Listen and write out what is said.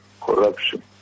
corruption